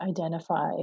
identify